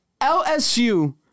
LSU